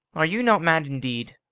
are you not mad indeed,